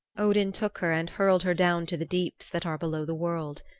odin took her and hurled her down to the deeps that are below the world.